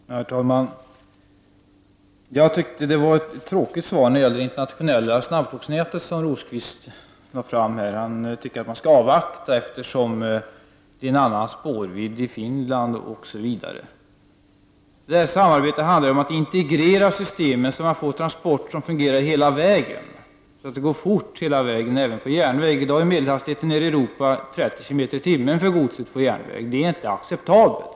Herr talman! Jag tyckte att Birger Rosqvists svar om det internationella snabbtågsnätet var tråkigt. Han ansåg att man skulle avvakta, eftersom Finland har en annan spårvidd än vi, osv. Det här samarbetet handlar ju om att integrera systemen, så att man får järnvägstransporter som fungerar och går fort hela vägen. Medelhastigheten i Europa är 30 km/tim för godstransporter på järnväg. Det är inte acceptabelt.